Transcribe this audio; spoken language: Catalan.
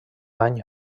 any